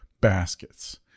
baskets